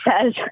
says